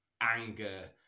anger